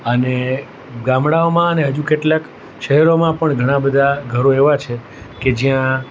અને ગામડાઓમાં અને હજુ કેટલાંક શહેરોમાં પણ ઘણાં બધા ઘરો એવાં છે કે જ્યાં